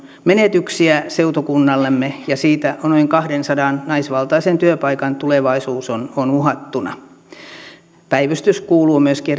menetyksiä seutukunnallemme ja siitä noin kahdensadan naisvaltaisen työpaikan tulevaisuus on on uhattuna erikoissairaanhoidon päivystys kuuluu myöskin